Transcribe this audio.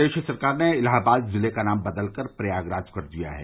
प्रदेश सरकार ने इलाहाबाद जिले का नाम बदल कर प्रयागराज कर दिया है